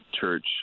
church